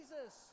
Jesus